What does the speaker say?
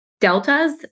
deltas